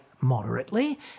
moderately